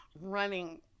running